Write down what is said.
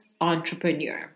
entrepreneur